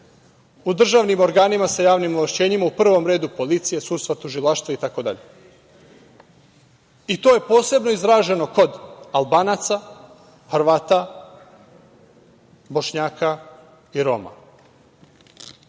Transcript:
u državnim organima sa javnim ovlašćenjima, u pravom redu policije su sva tužilaštva itd. i to je posebno izraženo kod Albanaca, Hrvata, Bošnjaka i Roma.U